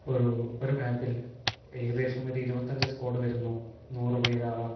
ഒരു മാപ്പിൽ ഏകദേശം ഒരു ഇരുപത്തഞ്ച് സ്കോഡ് വരുന്നു നൂറുപേരാകാം